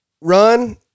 run